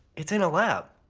it's in a lab.